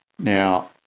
now,